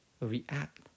react